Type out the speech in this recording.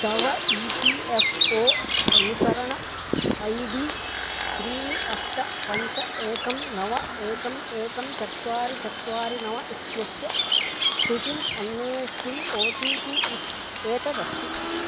तव E P F O अनुसरणम् I D त्रीणि अष्ट पञ्च एकं नव एकम् एकं चत्वारि चत्वारि नव इत्यस्य स्थितिम् अन्वेष्टुम् ओ टि पि इत् एतदस्ति